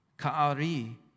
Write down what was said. Ka'ari